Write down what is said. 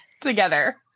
Together